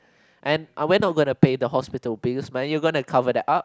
and I went over to pay the hospital bills man you gonna cover that up